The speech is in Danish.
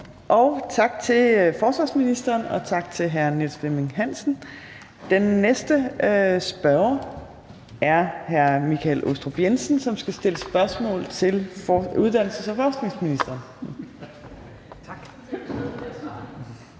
og tak til forsvarsministeren, og tak til hr. Niels Flemming Hansen. Den næste spørger er hr. Michael Aastrup Jensen, som skal stille spørgsmål til uddannelses- og forskningsministeren.